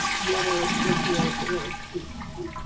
whether it's virtual or in-person.